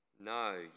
No